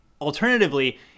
Alternatively